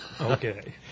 Okay